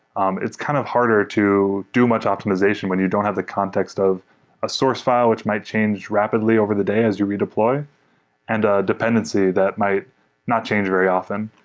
um it's kind of harder to do much optimization when you don't have the context of a source which might change rapidly over the day as you redeploy and ah dependency that might not change very often.